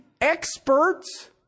experts